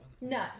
No